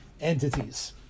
entities